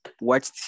watch